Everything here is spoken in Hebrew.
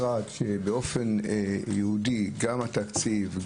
זה משרד שבאופן ייעודי גם התקציב,